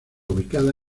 ubicada